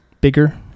bigger